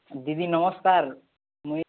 ଦିଦି ନମସ୍କାର ମୁଁ ଏ